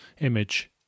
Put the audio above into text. image